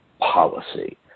policy